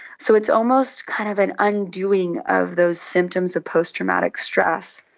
so it's almost kind of an undoing of those symptoms of post-traumatic stress.